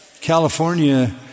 California